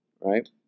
right